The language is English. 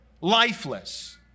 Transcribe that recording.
lifeless